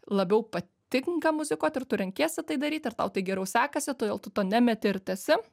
labiau patinka muzikuot ir tu renkiesi tai daryt ir tau tai geriau sekasi todėl tu to nemeti ir tęsi